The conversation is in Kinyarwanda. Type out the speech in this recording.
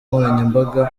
nkoranyambaga